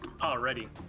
Already